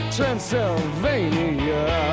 Transylvania